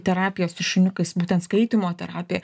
terapijos su šuniukas būtent skaitymo terapija